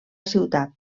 ciutat